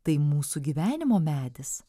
tai mūsų gyvenimo medis